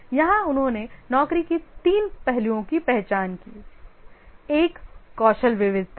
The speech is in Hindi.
यहाँ उन्होंने नौकरी के तीन पहलुओं की पहचान की एक कौशल विविधता है